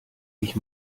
ich